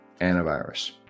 antivirus